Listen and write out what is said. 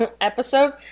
episode